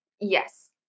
Yes